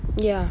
ya